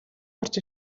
орж